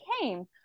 came